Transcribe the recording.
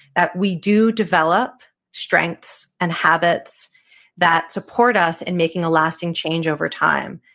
that we do develop strengths and habits that support us in making a lasting change over time.